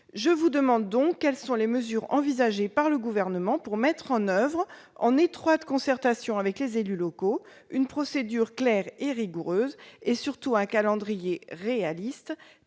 Je vous demande donc quelles sont les mesures envisagées par le Gouvernement pour mettre en oeuvre, en étroite concertation avec les élus locaux, une procédure claire et rigoureuse et, surtout, un calendrier réaliste,